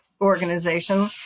organization